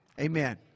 Amen